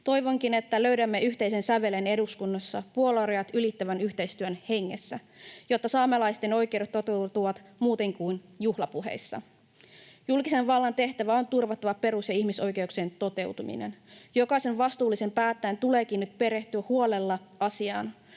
Toivonkin, että löydämme yhteisen sävelen eduskunnassa puoluerajat ylittävän yhteistyön hengessä, jotta saamelaisten oikeudet toteutuvat muutenkin kuin juhlapuheissa. Julkisen vallan tehtävänä on turvata perus- ja ihmisoikeuksien toteutuminen. Jokaisen vastuullisen päättäjän tuleekin nyt perehtyä huolella asiaan.